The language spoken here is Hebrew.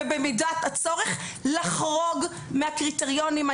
ובמידת הצורך לחרוג מהקריטריונים.